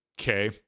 Okay